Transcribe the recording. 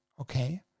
okay